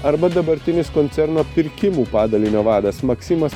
arba dabartinis koncerno pirkimų padalinio vadas maksimas